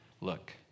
look